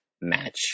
match